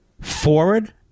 forward